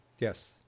Yes